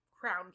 crown